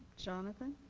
jonathan?